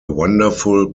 wonderful